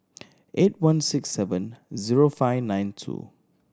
eight one six seven zero five nine two